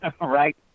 right